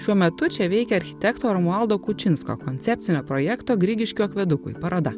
šiuo metu čia veikia architekto romualdo kučinsko koncepcinio projekto grigiškių akvedukui paroda